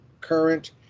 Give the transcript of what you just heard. current